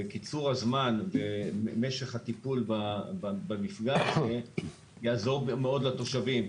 קיצור משך הטיפול במפגע הזה יעזור מאוד לתושבים,